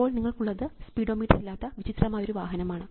അപ്പോൾ നിങ്ങൾക്കുള്ളത് സ്പീഡോമീറ്റർ ഇല്ലാത്ത വിചിത്രമായൊരു വാഹനമാണ്